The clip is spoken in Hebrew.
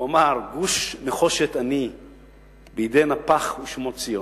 הוא אמר: "גוש נחושת אני בידי נפח ושמו ציון".